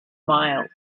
miles